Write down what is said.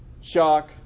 shock